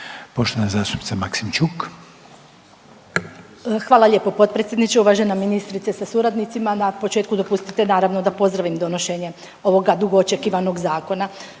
Ljubica (HDZ)** Hvala lijepo potpredsjedniče i uvažena ministrice sa suradnicima. Na početku dopustite naravno da pozdravim donošenje ovoga dugo očekivanog zakona.